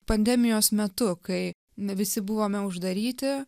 pandemijos metu kai ne visi buvome uždaryti